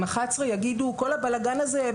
יגידו שכל הבלגאן הזה,